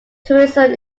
tourism